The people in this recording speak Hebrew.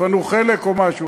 תפנו חלק או משהו.